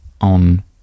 on